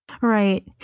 Right